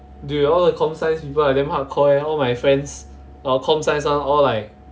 dude all the comp science people are damn hardcore eh all my friends uh comp science one all like